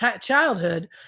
childhood